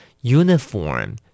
Uniform